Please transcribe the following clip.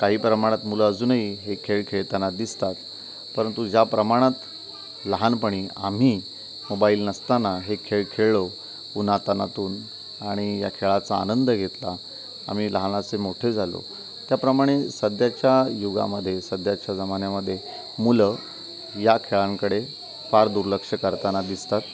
काही प्रमाणात मुलं अजूनही हे खेळ खेळताना दिसतात परंतु ज्या प्रमाणात लहानपणी आम्ही मोबाईल नसताना हे खेळ खेळलो उन्हातान्हातून आणि या खेळाचा आनंद घेतला आम्ही लहानाचे मोठे झालो त्याप्रमाणे सध्याच्या युगामध्ये सध्याच्या जमान्यामध्ये मुलं या खेळांकडे फार दुर्लक्ष करताना दिसतात